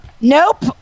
Nope